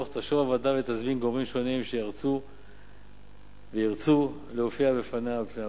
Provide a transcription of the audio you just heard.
תשוב הוועדה ותזמין גורמים שונים שירצו להופיע בפני הוועדה.